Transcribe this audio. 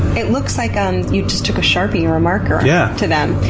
it looks like um you just took a sharpie or marker yeah to them.